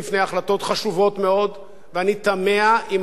ואני תמה אם המדינה נמצאת בידיים הנכונות.